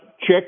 check